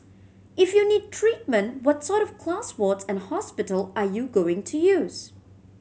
if you need treatment what sort of class ward and hospital are you going to use